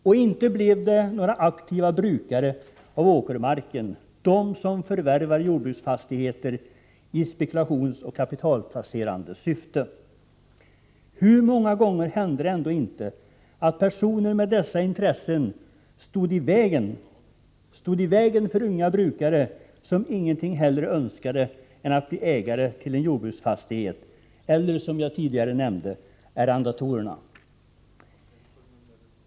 Och inte blev de som förvärvade jordbruksfastigheter i spekulationsoch kapitalplacerande syfte några aktiva brukare av åkermarken. Hur många gånger hände det ändå inte att personer med dessa intressen stod i vägen för unga brukare som ingenting hellre önskade än att bli ägare till en jordbruksfastighet, eller, som jag tidigare nämnde, för arrendatorerna?